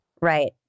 Right